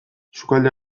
sukalde